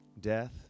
death